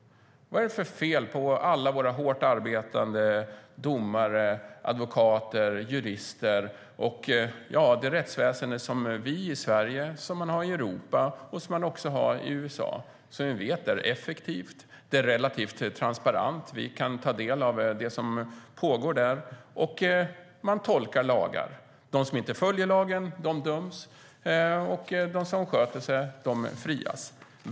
Vad är det för fel på alla våra hårt arbetande domare, advokater och jurister och på det rättsväsen vi har i Sverige, som man har i Europa och som man också har i USA? Vi vet att det är effektivt. Det är relativt transparent - vi kan ta del av det som pågår där. Det tolkar lagar. De som inte följer lagen döms, och de som sköter sig frias.